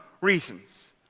reasons